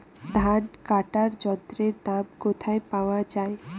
ধান কাটার যন্ত্রের দাম কোথায় পাওয়া যায়?